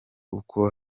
uko